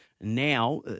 Now